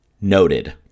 Noted